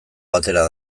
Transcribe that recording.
batera